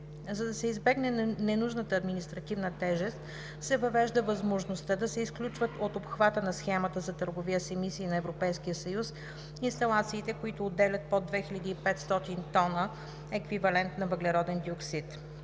За да се избегне ненужна административна тежест, се въвежда възможността да се изключват от обхвата на схемата за търговия с емисии на Европейския съюз инсталациите, които отделят под 2500 тона еквивалент на въглероден диоксид.